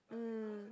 mm